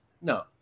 No